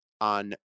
on